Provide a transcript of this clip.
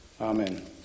Amen